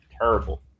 terrible